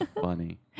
funny